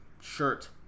shirt